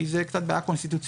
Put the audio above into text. כי זאת בעיה קצת קונסטיטוציונית,